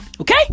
Okay